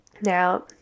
Now